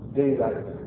daylight